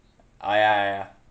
ah ya ah ya